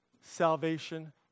salvation